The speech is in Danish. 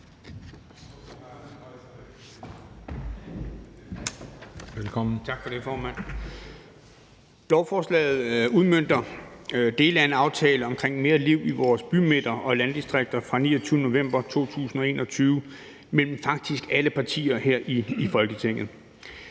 Tak for det, formand. Lovforslaget udmønter dele af en aftale om mere liv i vores bymidter og landdistrikter fra den 29. november 2021 mellem faktisk alle partier her i Folketinget.